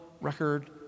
record